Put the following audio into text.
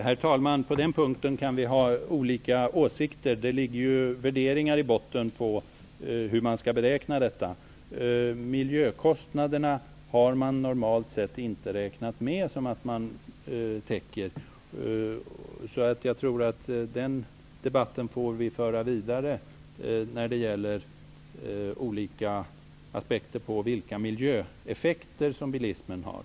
Herr talman! På den punkten kan vi ha olika åsikter. Det ligger ju värderingar i botten om hur man skall beräkna detta. Man räknar normalt inte med att man täcker miljökostnaderna. Jag tror att vi får föra debatten vidare om vilka miljöeffekter bilismen har.